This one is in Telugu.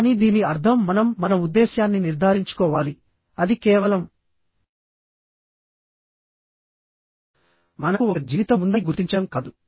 కానీ దీని అర్థం మనం మన ఉద్దేశ్యాన్ని నిర్ధారించుకోవాలి అది కేవలం మనకు ఒక జీవితం ఉందని గుర్తించడం కాదు